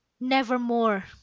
Nevermore